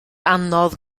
anodd